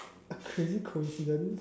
a crazy coincidence